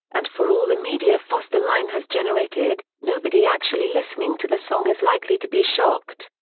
and for all the media fuss the line has generated, nobody actually listening to the song is likely to be shocked.